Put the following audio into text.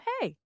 hey